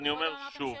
כי קודם אמרת שלא.